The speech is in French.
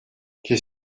qu’est